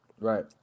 Right